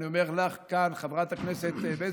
והינה אני אומר לך כאן, חברת הכנסת בזק: